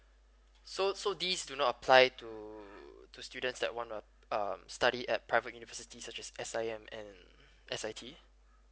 so so this do not apply to to student that want to uh study at private university such as S_I_M and S_I_T